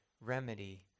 remedy